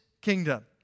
kingdom